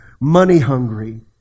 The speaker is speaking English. money-hungry